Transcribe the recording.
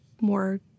more